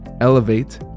Elevate